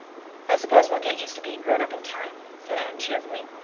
i suppose we'll get used to being grownup in time, said anne cheerfully.